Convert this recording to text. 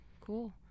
cool